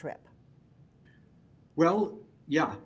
trip well yeah